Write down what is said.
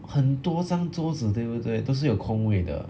很多张桌子对不对都是有空位的